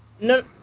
no